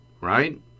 right